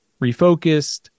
refocused